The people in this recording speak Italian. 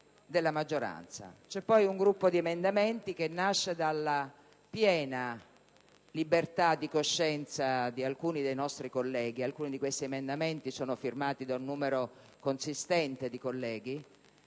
C'è poi una serie di emendamenti che nasce dalla piena libertà di coscienza di alcuni dei nostri colleghi ed alcuni di questi sono sottoscritti da un numero consistente di senatori.